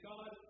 God